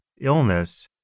illness